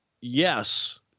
yes